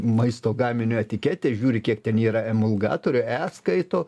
maisto gaminio etiketę žiūri kiek ten yra emulgatorių e skaito